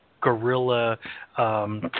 guerrilla